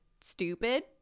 stupid